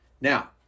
Now